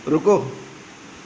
ਰੁਕੋ